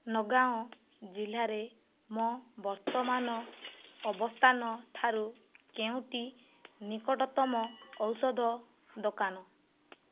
ନଗାଓଁ ଜିଲ୍ଲାରେ ମୋ ବର୍ତ୍ତମାନ ଅବସ୍ଥାନ ଠାରୁ କେଉଁଟି ନିକଟତମ ଔଷଧ ଦୋକାନ